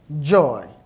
Joy